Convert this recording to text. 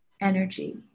energy